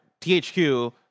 THQ